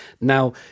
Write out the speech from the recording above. Now